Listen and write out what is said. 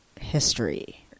history